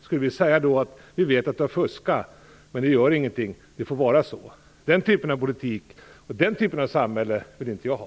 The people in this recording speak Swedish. Skulle vi då ha sagt att vi visste att en person hade fuskat, men att det inte gjorde något. Den typen av politik och den typen av samhälle vill inte jag ha.